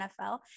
NFL